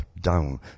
down